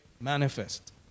manifest